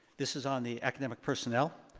this is on the academic personnel.